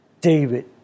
David